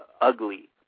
ugly